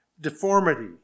deformity